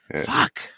Fuck